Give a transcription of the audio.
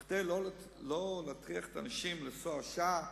וכדי שלא להטריח את האנשים לנסוע שעה,